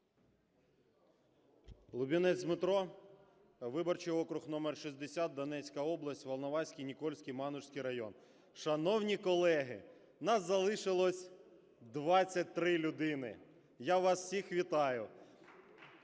Лубінець Дмитро, виборчий округ № 60, Донецька область, Волноваський, Нікольський, Мангушський район. Шановні колеги, нас залишилось 23 людини. Я вас всіх вітаю.